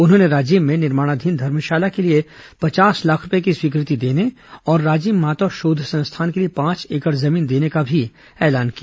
उन्होंने राजिम में निर्माणाधीन धर्मशाला के लिए पचास लाख रुपए की स्वीकृति देने और राजिम माता शोध संस्थान के लिए पांच एकड़ जमीन देने का भी ऐलान किया